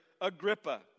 Agrippa